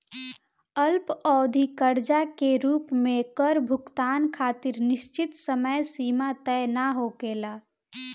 अल्पअवधि कर्जा के रूप में कर भुगतान खातिर निश्चित समय सीमा तय ना होखेला